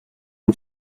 une